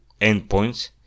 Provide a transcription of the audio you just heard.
endpoints